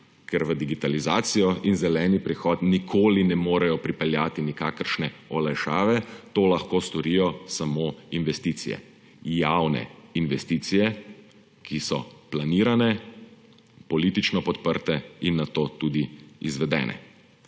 ker v digitalizacijo in zeleni prihod nikoli ne morejo pripeljati nikakršne olajšave. To lahko storijo samo investicije, javne investicije, ki so planirane, politično podprte in nato tudi izvedene.